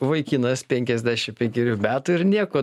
vaikinas penkiasdešimt penkerių metų ir nieko